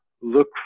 look